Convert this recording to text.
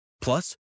Plus